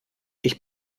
ich